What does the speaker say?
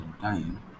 time